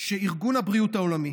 שארגון הבריאות העולמי